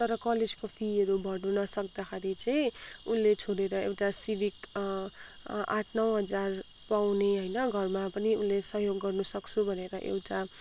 तर कलेजको फीहरू भर्न नसक्दाखेरि चाहिँ उसले छोडेर एउटा सिभिक आठ नौ हजार पाउने होइन घरमा पनि उसले सहयोग गर्न सक्छु भनेर एउटा